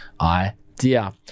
idea